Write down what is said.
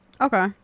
Okay